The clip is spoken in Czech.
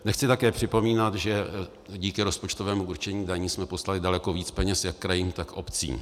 Nechci také připomínat, že díky rozpočtovému určení daní jsme poslali daleko víc peněz jak krajům, tak obcím.